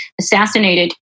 assassinated